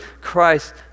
Christ